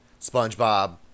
SpongeBob